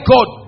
God